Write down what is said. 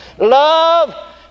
Love